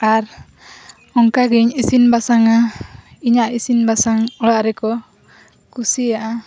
ᱟᱨ ᱚᱱᱠᱟᱜᱤᱧ ᱤᱥᱤᱱ ᱵᱟᱥᱟᱝᱟ ᱤᱧᱟᱜ ᱤᱥᱤᱱ ᱵᱟᱥᱟᱝ ᱚᱲᱟᱜ ᱨᱮᱠᱚ ᱠᱩᱥᱤᱭᱟᱜᱼᱟ